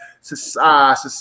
Society